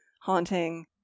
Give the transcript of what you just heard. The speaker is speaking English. haunting